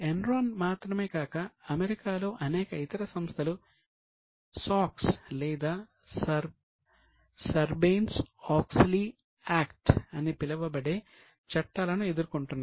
Enron మాత్రమే కాక అమెరికాలో అనేక ఇతర సంస్థలు SOX లేదా సర్బేన్స్ ఆక్స్లీ యాక్ట్ అని పిలువబడే చట్టాలను ఎదుర్కొంటున్నాయి